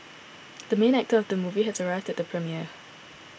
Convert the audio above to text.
the main actor of the movie has arrived at the premiere